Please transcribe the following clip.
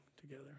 together